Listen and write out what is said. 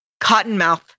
Cottonmouth